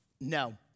no